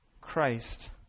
Christ